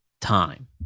time